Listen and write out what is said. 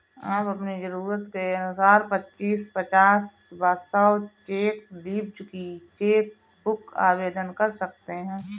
आप अपनी जरूरत के अनुसार पच्चीस, पचास व सौ चेक लीव्ज की चेक बुक आवेदन कर सकते हैं